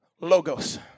Logos